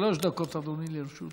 אדוני, שלוש דקות לרשותך.